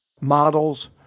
models